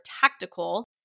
tactical